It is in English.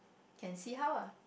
can see how ah